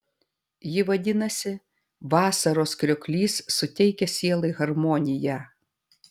ji vadinasi vasaros krioklys suteikia sielai harmoniją